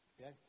Okay